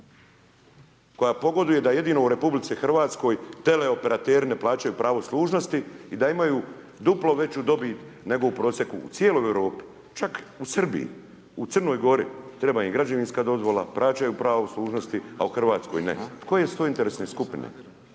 koja pogoduje da jedino u RH tele operateri ne plaćaju pravo služnosti i da imaju duplo veću dobit, nego u prosijeku, u cijeloj Europi, čak u Srbiji, u Crnoj Gori, treba im građevinska dozvola, plaćaju pravo služnosti, a u RH ne. Koje su to interesne skupine?